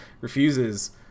refuses